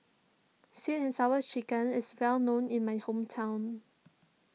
Sweet and Sour Chicken is well known in my hometown